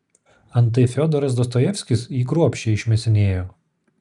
antai fiodoras dostojevskis jį kruopščiai išmėsinėjo